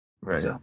right